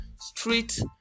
street